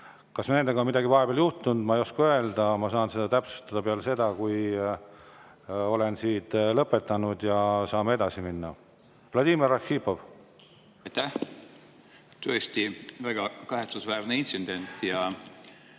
Kas nendega on vahepeal midagi juhtunud, ma ei oska öelda, ma saan seda täpsustada peale seda, kui olen siin lõpetanud ja saame edasi minna. Vladimir Arhipov. Aitäh! Tõesti väga kahetsusväärne intsident.